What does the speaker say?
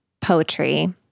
poetry